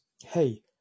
hey